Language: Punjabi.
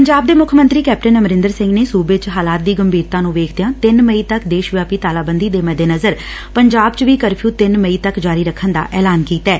ਪੰਜਾਬ ਦੇ ਮੁੱਖ ਮੰਤਰੀ ਕੈਪਟਨ ਅਮਰਿੰਦਰ ਸਿੰਘ ਨੇ ਸੂਬੇ ਚ ਹਾਲਾਤ ਦੀ ਗੰਭੀਰਤਾ ਨੂੰ ਵੇਖਦਿਆਂ ਤਿੰਨ ਮਈ ਤੱਕ ਦੇਸ਼ ਵਿਆਪੀ ਤਾਲਾਬੰਦੀ ਦੇ ਮੱਦੇਨਜ਼ਰ ਪੰਜਾਬ ਚ ਵੀ ਕਰਫਿਊ ਤਿੰਨ ਮਈ ਤੱਕ ਜਾਰੀ ਰੱਖਣ ਦਾ ਐਲਾਨ ਕੀਤੈ